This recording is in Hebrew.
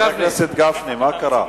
חבר הכנסת גפני, מה קרה?